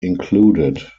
included